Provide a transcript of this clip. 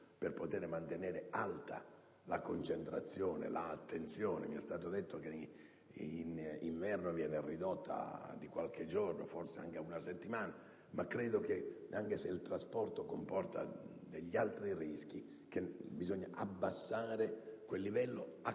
per poter mantenere alta la concentrazione e l'attenzione. Mi è stato riferito che in inverno tale permanenza viene ridotta di qualche giorno, forse anche a una settimana, ma io ritengo che, anche se il trasporto comporta altri rischi, bisogna abbassare quel livello e accrescere